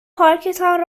پارکتان